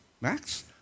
Max